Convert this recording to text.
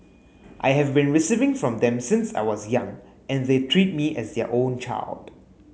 I have been receiving from them since I was young and they treat me as their own child